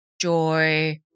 joy